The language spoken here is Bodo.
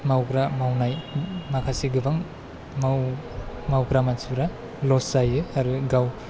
मावग्रा मावनाय माखासे गोबां मावग्रा मानसि फोरा लस जायो आरो गाव